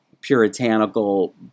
puritanical